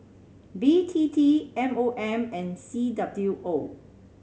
B T T M O M and C W O